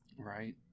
Right